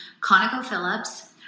ConocoPhillips